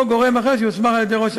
או לגורם אחר שיוסמך